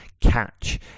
catch